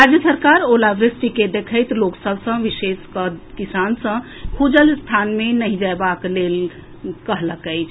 राज्य सरकार ओलावृष्टि के देखैत लोक सभ सॅ विशेषकऽ किसान सॅ खुजल स्थान मे नहि जएबाक लेल कहलक अछि